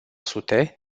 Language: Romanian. sute